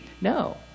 No